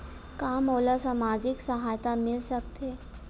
का मोला सामाजिक सहायता मिल सकथे?